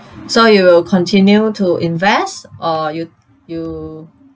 so you will continue to invest or you you